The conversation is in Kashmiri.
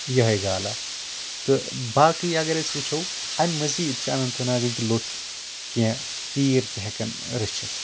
یہٲے گالا تہٕ باقٕے اَگر أسۍ وٕچھو اَمہِ مٔزیٖد چھِ اننت ناگٕکۍ لُکھ کیٚنٛہہ تیٖر تہِ ہٮ۪کان رٔچھتھ